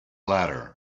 latter